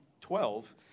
twelve